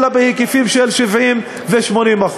אלא בהיקפים של 70% ו-80%.